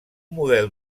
model